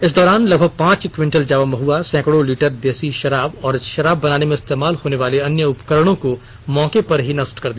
इस दौरान लगभग पांच क्विंटल जावा महुआ सैकड़ों लीटर देसी शराब और शराब बनाने में इस्तेमाल होने वाले अन्य उपकरणों को मौके पर ही नष्ट कर दिया